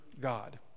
God